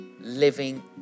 living